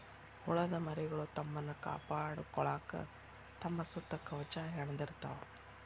ಹುಳದ ಮರಿಗಳು ತಮ್ಮನ್ನ ಕಾಪಾಡಕೊಳಾಕ ತಮ್ಮ ಸುತ್ತ ಕವಚಾ ಹೆಣದಿರತಾವ